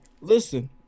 listen